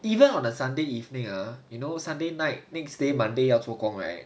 even on a sunday evening ah you know sunday night next day monday 要做工 right